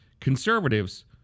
conservatives